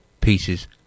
pieces